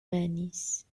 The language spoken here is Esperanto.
venis